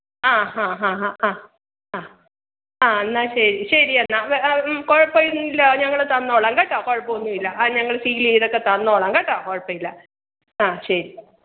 ആഹ് ഹാ ഹാ ഹാ ഹാ ആഹ് ആഹ് എന്നാൽ ശരി ശരി എന്നാൽ കുഴപ്പം ഇല്ല ഞങ്ങൾ തന്നോളാം കേട്ടോ കുഴപ്പം ഒന്നും ഇല്ല അത് ഞങ്ങൾ സീല് ചെയ്ത് ഒക്കെ തന്നോളാം കേട്ടോ കുഴപ്പം ഇല്ല ആഹ് ശരി